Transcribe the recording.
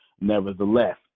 nevertheless